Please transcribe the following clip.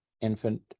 infant